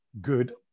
good